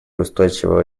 устойчивого